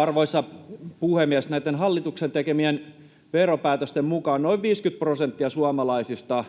Arvoisa puhemies! Näitten hallituksen tekemien veropäätösten mukaan noin 50 prosenttia suomalaisista